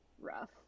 Rough